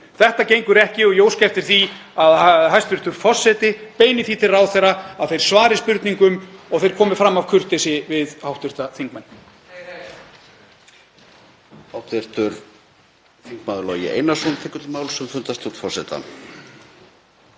Þetta gengur ekki og ég óska eftir því að hæstv. forseti beini því til ráðherra að þeir svari spurningum og þeir komi fram af kurteisi við hv. þingmann.